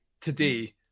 today